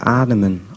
ademen